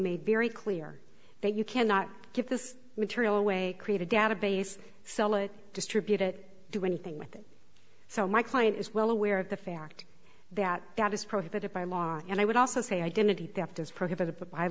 made very clear that you cannot keep this material away create a database sell it distribute it do anything with it so my client is well aware of the fact that that is prohibited by law and i would also say identity theft is prohibited by